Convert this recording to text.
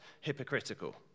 hypocritical